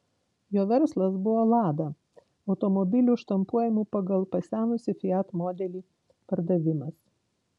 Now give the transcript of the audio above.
jo verslas buvo lada automobilių štampuojamų pagal pasenusį fiat modelį pardavimas